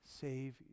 save